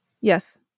Yes